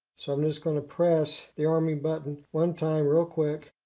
so i'm just going to press the arming button one time, real quick.